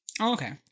okay